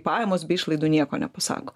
pajamos bei išlaidų nieko nepasako